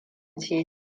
ce